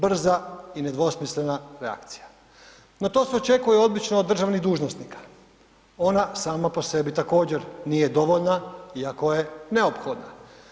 Brza i nedvosmislena reakcija no to se očekuje obično od državnih dužnosnika, ona sama po sebi također nije dovoljna iako je neophodna.